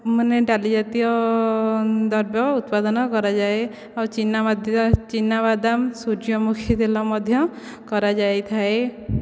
ମାନେ ଡାଲି ଜାତୀୟ ଦ୍ରବ୍ୟ ଉତ୍ପାଦନ କରାଯାଏ ଆଉ ଚିନାବାଦାମ ଚିନାବାଦାମ ସୂର୍ଯ୍ୟମୁଖୀ ତେଲ ମଧ୍ୟ କରାଯାଇଥାଏ